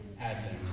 Advent